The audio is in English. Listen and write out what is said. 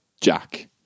Jack